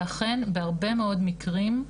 אכן בהרבה מאוד מקרים,